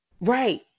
right